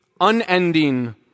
unending